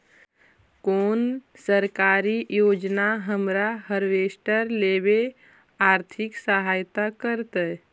कोन सरकारी योजना हमरा हार्वेस्टर लेवे आर्थिक सहायता करतै?